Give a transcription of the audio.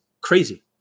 crazy